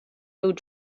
food